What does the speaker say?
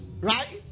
right